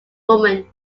woman